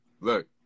look